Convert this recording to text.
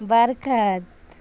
برکت